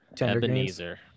Ebenezer